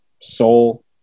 soul